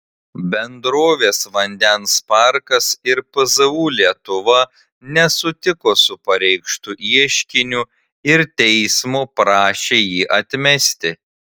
bendrovės vandens parkas ir pzu lietuva nesutiko su pareikštu ieškiniu ir teismo prašė jį atmesti